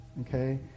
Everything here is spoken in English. okay